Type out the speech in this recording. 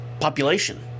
population